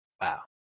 Wow